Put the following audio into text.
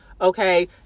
okay